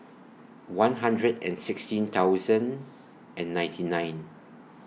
one hundred and sixteen thousand and ninety nine